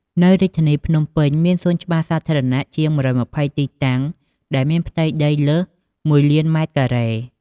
នៅរាជធានីភ្នំពេញ មានសួនច្បារសាធារណៈជាង ១២០ ទីតាំង ដែលមានផ្ទៃដីលើស ១លានម៉ែត្រការ៉េ។